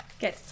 Good